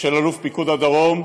של אלוף פיקוד הדרום,